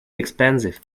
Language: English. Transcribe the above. expensive